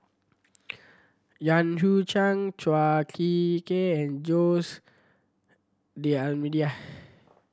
Yan Hu Chang Chua Ek Kay and Jose D'Almeida